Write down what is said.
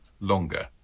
longer